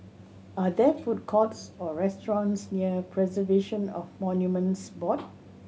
are there food courts or restaurants near Preservation of Monuments Board